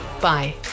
Bye